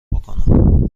بکنم